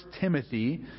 Timothy